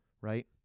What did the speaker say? Right